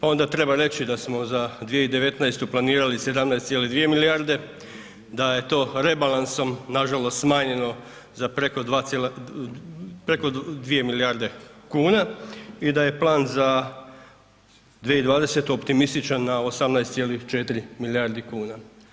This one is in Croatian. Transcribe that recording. Onda treba reći da smo za 2019. planirali 17,2 milijarde, da je to rebalansom nažalost smanjeno za preko 2 milijarde kuna i da je plan za 2020. optimističan na 18,4 milijardi kuna.